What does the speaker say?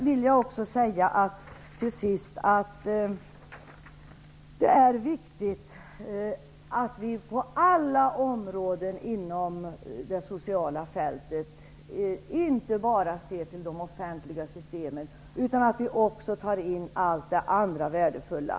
Till sist: Det är viktigt att vi på alla områden inom det sociala fältet inte bara ser till de offentliga systemen utan också tar med allt annat som är värdefullt.